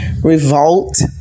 revolt